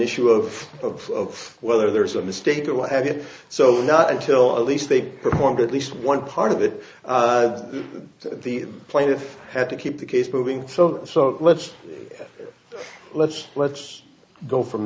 issue of of whether there's a mistake or what have you so not until at least they performed at least one part of it the plaintiff had to keep the case moving so so let's let's let's go from